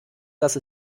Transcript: dass